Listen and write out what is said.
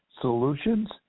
solutions